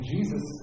Jesus